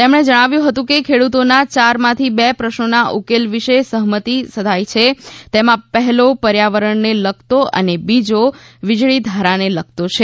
તેમણે જણાવ્યું હતું કે ખેડૂતોના યારમાંથી બે પ્રશ્નોના ઉકેલ વિષે સહમતી સધાઈ છે તેમાં પહેલો પર્યાવરણને લગતો અને બીજો વીજળીધારાને લગતો છે